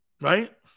right